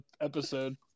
episode